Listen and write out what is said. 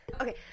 Okay